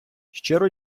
щиро